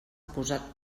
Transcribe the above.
posat